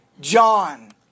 John